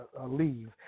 leave